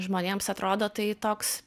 žmonėms atrodo tai toks